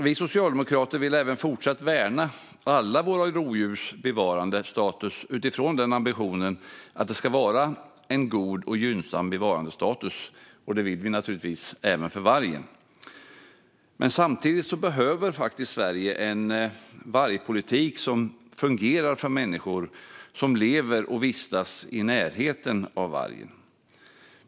Vi socialdemokrater vill även i fortsättningen värna alla våra rovdjurs bevarandestatus utifrån ambitionen att det ska vara en god och gynnsam bevarandestatus, och det vill vi naturligtvis göra även för vargen. Men samtidigt behöver Sverige en vargpolitik som fungerar för människor som lever och vistas i närheten av vargen.